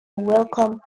welcome